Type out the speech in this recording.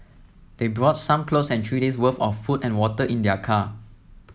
they brought some clothes and three days worth of food and water in their car